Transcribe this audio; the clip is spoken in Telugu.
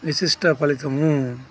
విశిష్ట ఫలితము